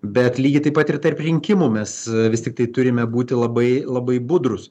bet lygiai taip pat ir tarp rinkimų mes vis tiktai turime būti labai labai budrūs